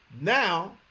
Now